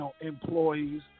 employees